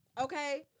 okay